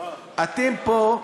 אתם פה,